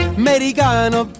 americano